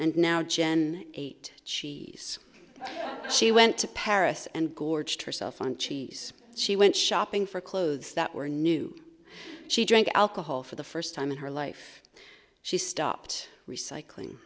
and now jen ate cheese she went to paris and gorge herself on cheese she went shopping for clothes that were new she drank alcohol for the first time in her life she stopped recycling